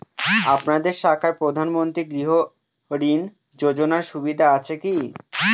আপনাদের শাখায় প্রধানমন্ত্রী গৃহ ঋণ যোজনার সুবিধা আছে কি?